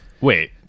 Wait